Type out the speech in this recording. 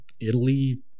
Italy